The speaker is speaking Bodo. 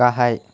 गाहाय